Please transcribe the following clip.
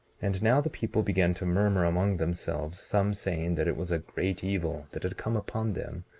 and now the people began to murmur among themselves some saying that it was a great evil that had come upon them,